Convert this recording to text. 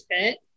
fit